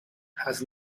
has